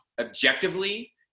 objectively